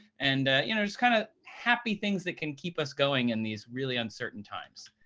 and you know just kind of happy things that can keep us going in these really uncertain times.